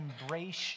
embrace